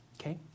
okay